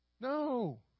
No